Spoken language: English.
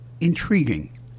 Intriguing